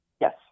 yes